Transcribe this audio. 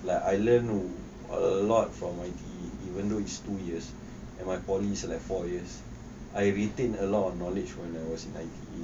like I learn a lot from I_T_E even though it's two years and my poly is like four years I retain a lot of knowledge when I was in I_T_E